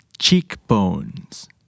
Cheekbones